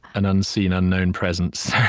an unseen, unknown presence.